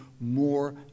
more